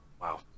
wow